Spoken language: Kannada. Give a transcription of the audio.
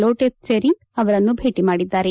ಲೋಟೆ ತ್ಸೆರಿಂಗ್ ಅವರನ್ನು ಭೇಟಿ ಮಾಡಿದ್ದಾರೆ